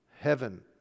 heaven